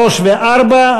3 ו-4,